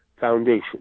foundation